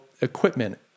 equipment